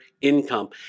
income